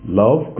love